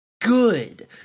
good